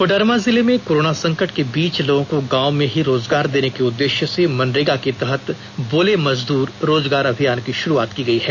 कोडरमा जिले में कोरोना संकट के बीच लोगों को गांव में ही रोजगार देने के उद्देश्य से मनरेगा के तहत बोले मजदूर रोजगार अभियान की शुरुआत की गई है